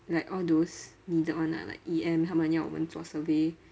like all those needed one lah like E_M 他们要我们做 survey